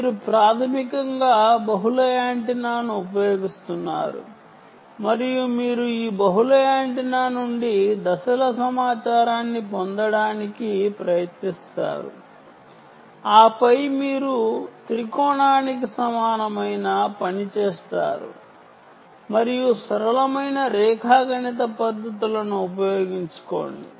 మీరు ప్రాథమికంగా బహుళ యాంటెన్నాను ఉపయోగిస్తున్నారు మరియు మీరు ఈ బహుళ యాంటెన్నా నుండి ఫేస్ సమాచారాన్ని పొందడానికి ప్రయత్నిస్తారు ఆపై మీరు ట్రీలాటెరేషన్ సమానమైన పని చేస్తారు మరియు సరళమైన రేఖాగణిత పద్ధతులను ఉపయోగించుకోండి